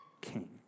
king